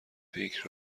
پیک